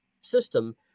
system